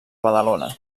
badalona